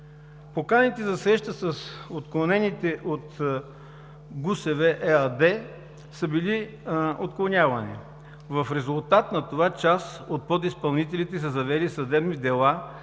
Поканите за среща с отклонените от ГУСВ – ЕАД, средства са били отклонявани. В резултат на това част от подизпълнителите са завели съдебни дела